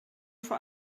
vor